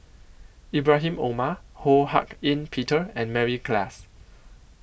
Ibrahim Omar Ho Hak Ean Peter and Mary Klass